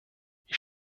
ich